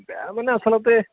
তাৰ মানে আচলতে